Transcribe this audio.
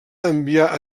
enviar